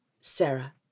Sarah